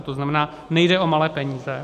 To znamená, nejde o malé peníze.